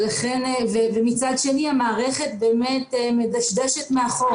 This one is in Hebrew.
ומצד שני המערכת באמת מדשדשת מאחור.